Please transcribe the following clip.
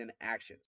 actions